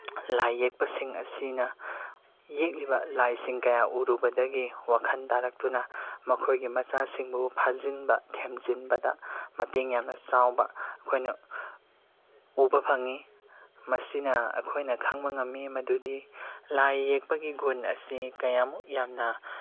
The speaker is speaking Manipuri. ꯂꯥꯏ ꯌꯦꯛꯄꯁꯤꯡ ꯑꯁꯤꯅ ꯌꯦꯛꯂꯤꯕ ꯂꯥꯏꯁꯤꯡ ꯀꯌꯥ ꯎꯔꯨꯕꯗꯒꯤ ꯋꯥꯈꯜ ꯇꯥꯔꯛꯇꯨꯅ ꯃꯈꯣꯏꯒꯤ ꯃꯆꯥꯁꯤꯡꯕꯨ ꯐꯥꯖꯤꯟꯕ ꯊꯦꯝꯖꯤꯟꯕꯗ ꯃꯇꯦꯡ ꯌꯥꯝꯅ ꯆꯥꯎꯕ ꯑꯩꯈꯣꯏꯅ ꯎꯕ ꯐꯪꯏ ꯃꯁꯤꯅ ꯑꯩꯈꯣꯏꯅ ꯈꯪꯕ ꯉꯝꯃꯤ ꯃꯗꯨꯗꯤ ꯂꯥꯏ ꯌꯦꯛꯄꯒꯤ ꯒꯨꯟ ꯑꯁꯤ ꯀꯌꯥꯃꯨꯛ ꯌꯥꯝꯅ